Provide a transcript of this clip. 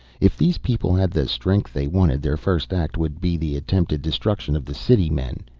if these people had the strength they wanted, their first act would be the attempted destruction of the city men.